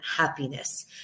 Happiness